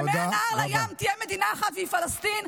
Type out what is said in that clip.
שמהנהר לים תהיה מדינה אחת והיא פלסטין,